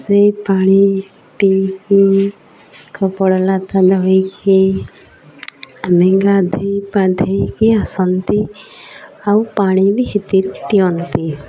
ସେଇ ପାଣି ପିଇକି ଲତା ଧୋଇକି ଆମେ ଗାଧୋଇପାଧେଇକି ଆସନ୍ତି ଆଉ ପାଣି ବି ସେଥିରେ ପିଅନ୍ତି